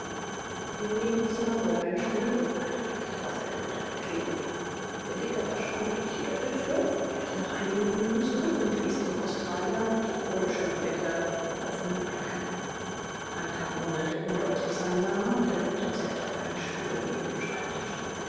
im nebenzimmer wurde ein stuhl gerückt gleich darauf ertönte eine klingel der dicke verschwand durch die doppeltür kehrte nach einigen minuten zurück und wies dem australier mit lakonischem bitte den offenen eingang hunter murmelte undeutlich seinen namen und der doktor zeigte auf einen stuhl neben dem schreibtisch